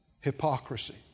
Hypocrisy